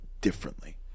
differently